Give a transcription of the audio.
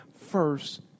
first